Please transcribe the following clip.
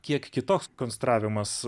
kiek kitoks konstravimas